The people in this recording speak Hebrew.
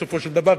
בסופו של דבר,